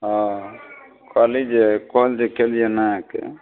हँ कहली जे कॉल जे केलिए ने